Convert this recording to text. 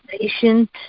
patient